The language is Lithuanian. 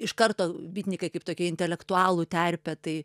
iš karto bitnikai kaip tokia intelektualų terpė tai